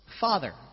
Father